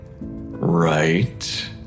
Right